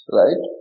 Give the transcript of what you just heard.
right